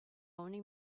only